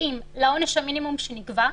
מתאים לעונש המינימום שנקבע,